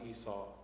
Esau